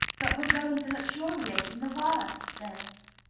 but were going to luxuriate in the worsteds.